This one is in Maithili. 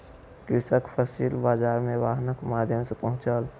कृषक फसिल बाजार मे वाहनक माध्यम सॅ पहुँचल